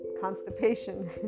constipation